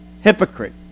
hypocrite